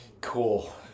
Cool